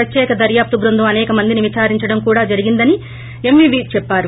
ప్రత్యేక దర్యాప్తు బృందం అసేక మందిని విచారించడం కూడా జరిగిందని ఎంవివి చెప్పారు